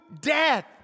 death